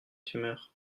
tumeur